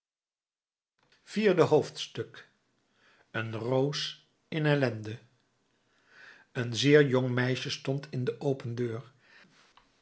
vierde hoofdstuk een roos in ellende een zeer jong meisje stond in de open deur